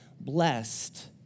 blessed